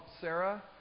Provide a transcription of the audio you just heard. Sarah